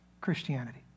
Christianity